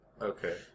okay